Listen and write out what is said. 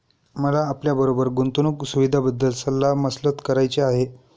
मला आपल्याबरोबर गुंतवणुक सुविधांबद्दल सल्ला मसलत करायची आहे